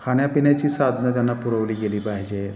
खाण्यापिण्याची साधनं त्यांना पुरवली गेली पाहिजेत